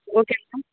ஓகேங்க மேம்